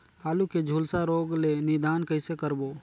आलू के झुलसा रोग ले निदान कइसे करबो?